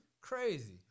Crazy